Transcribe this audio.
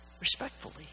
respectfully